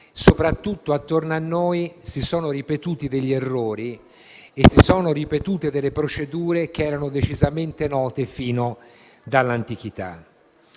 soprattutto attorno a noi si sono ripetuti degli errori e delle procedure che erano decisamente note fin dall'antichità.